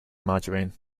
margarine